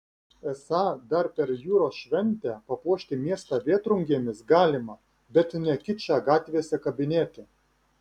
esą dar per jūros šventę papuošti miestą vėtrungėmis galima bet ne kičą gatvėse kabinėti